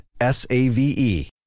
S-A-V-E